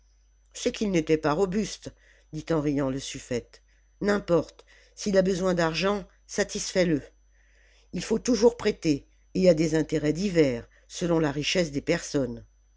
c'est qu'ils n'étaient pas robustes dit en riant le suffète n'importe s'il a besoin d'argent satisfais le ii faut toujours prêter et à des intérêts divers selon la richesse des personnes